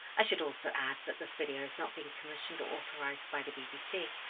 i should also add that this video has not being commissioned or authorized by the bbc.